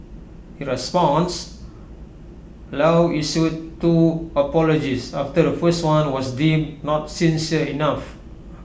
in response low issued two apologies after the first one was deemed not sincere enough